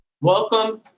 Welcome